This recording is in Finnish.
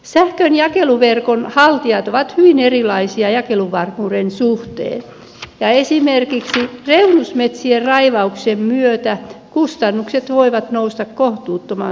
sähkönjakeluverkon haltijat ovat hyvin erilaisia jakeluvarmuuden suhteen ja esimerkiksi reunusmetsien raivauksen myötä kustannukset voivat nousta kohtuuttoman suuriksi